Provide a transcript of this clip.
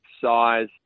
size